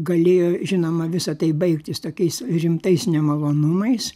galėjo žinoma visa tai baigtis tokiais rimtais nemalonumais